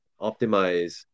optimize